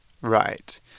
Right